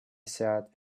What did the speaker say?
sat